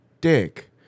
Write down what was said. Dick